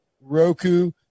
Roku